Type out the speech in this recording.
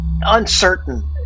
uncertain